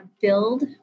build